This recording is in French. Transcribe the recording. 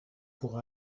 pour